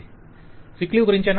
client sick leave గురించేనా